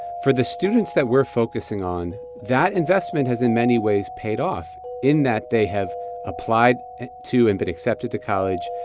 for the students that we're focusing on, that investment has in many ways paid off in that they have applied to and been accepted to college.